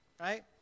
right